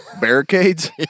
barricades